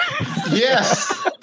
Yes